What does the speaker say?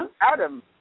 Adam